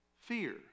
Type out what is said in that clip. fear